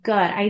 Good